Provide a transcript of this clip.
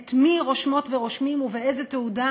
את מי רושמות ורושמים ובאיזה תעודה,